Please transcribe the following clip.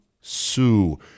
Sue